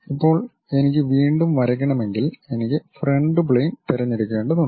ഇപ്പോൾ എനിക്ക് വീണ്ടും വരയ്ക്കണമെങ്കിൽ എനിക്ക് ഫ്രണ്ട് പ്ലെയിൻ തിരഞ്ഞെടുക്കേണ്ടതുണ്ട്